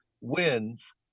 wins